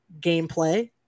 gameplay